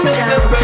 down